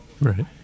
Right